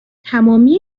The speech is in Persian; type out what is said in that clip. تمامی